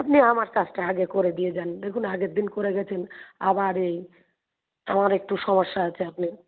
আপনি আমার কাজটা আগে করে দিয়ে যান দেখুন আগের দিন করে গেছেন আবার এই আমার একটু সমস্যা আছে আপনি